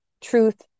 truth